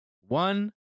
one